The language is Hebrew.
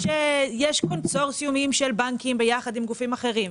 שיש קונסורציומים של בנקים ביחד עם גופים אחרים,